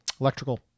electrical